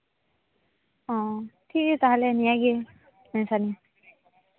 ᱚᱻ ᱴᱷᱤᱠᱜᱮᱭᱟ ᱛᱟᱦᱞᱮ ᱱᱤᱭᱟᱹᱜᱮ